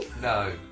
No